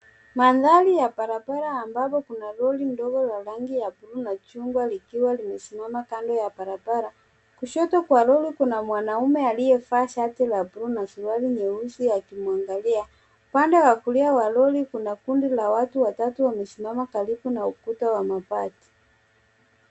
Mandhari ya barabara ambapo kuna lori ndogo ya rangi ya buluu na chungwa likiwa limesimama kando ya barabara. Kushoto kwa lori kuna mwanamume aliyevaa shati la buluu na suruali nyeusi akimwangalia. Pande wa kulia wa lori kuna kundi la watu watatu wamesimama karibu na ukuta wa mabati.